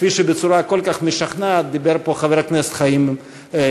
כפי שבצורה כל כך משכנעת דיבר פה חבר הכנסת חיים ילין.